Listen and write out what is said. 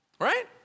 right